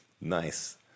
Nice